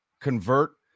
convert